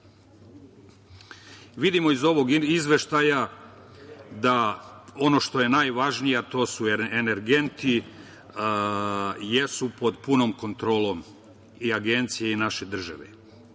gasa. Vidimo iz ovog izveštaja da ono što je najvažnije, a to je da su energenti jesu pod punom kontrolom i Agencije i naše države.